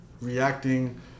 reacting